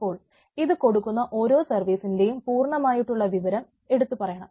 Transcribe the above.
അപ്പോൾ ഇത് കൊടുക്കുന്ന ഓരോ സർവ്വീസിന്റേയും പൂർണമായിട്ടുള്ള വിവരണം എടുത്തു പറയണം